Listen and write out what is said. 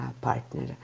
partner